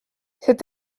cet